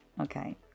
Okay